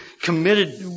committed